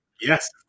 Yes